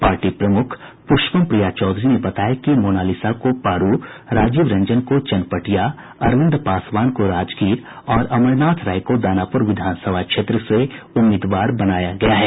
party प्रमुख पुष्पम प्रिया चौधरी ने बताया कि मोनालिसा को पारू राजीव रंजन को चनपटिया अरविंद पासवान को राजगीर और अमरनाथ राय को दानापुर विधानसभा क्षेत्र से उम्मीदवार बनाया गया है